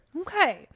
Okay